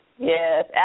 Yes